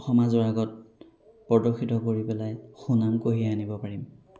সমাজৰ আগত প্ৰদৰ্শিত কৰি পেলায় সুনাম কঢ়িয়াই আনিব পাৰিম